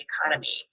economy